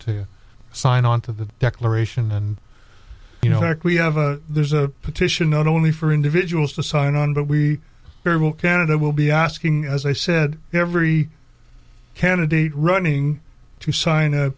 to sign on to the declaration and you know act we have a there's a petition not only for individuals to sign on but we will canada will be asking as i said every candidate running to sign a